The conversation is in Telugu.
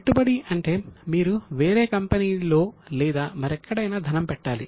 పెట్టుబడి అంటే మీరు వేరే కంపెనీ లో లేదా మరెక్కడైనా ధనం పెట్టాలి